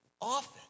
Often